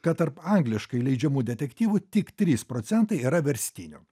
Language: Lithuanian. kad tarp angliškai leidžiamų detektyvų tik trys procentai yra verstinių